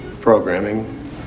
Programming